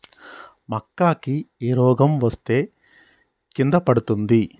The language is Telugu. మక్కా కి ఏ రోగం వస్తే కింద పడుతుంది?